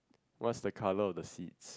what's the colour of the seat